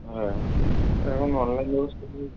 হ্যাঁ আর এখন অনলাইন ব্যবস্থা শুধু